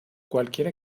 cualquiera